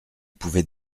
pouvait